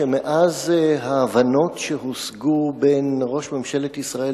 מאז ההבנות שהושגו בין ראש ממשלת ישראל